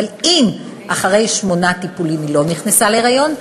אבל אם אחרי שמונה טיפולים היא לא נכנסה להיריון,